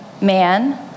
man